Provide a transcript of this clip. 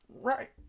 Right